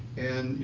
and